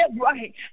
right